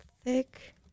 thick